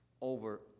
over